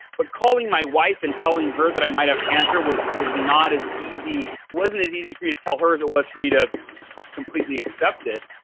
but calling my wife and telling her that i might have cancer was was not as easy, wasn't as easy for me to tell her as it was for me to completely accept it.